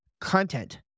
content